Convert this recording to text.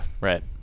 right